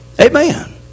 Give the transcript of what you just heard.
Amen